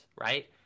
right